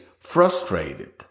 frustrated